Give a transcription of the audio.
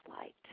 light